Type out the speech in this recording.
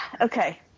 Okay